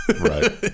right